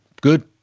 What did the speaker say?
good